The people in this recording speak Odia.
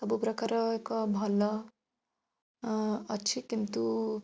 ସବୁପ୍ରକାର ଏକ ଭଲ ଅଛି କିନ୍ତୁ